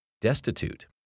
destitute